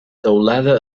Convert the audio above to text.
teulada